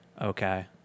okay